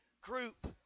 group